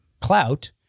clout